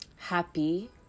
happy